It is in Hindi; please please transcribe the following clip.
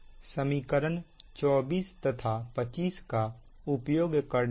समीकरण 24 तथा 25 का उपयोग करने पर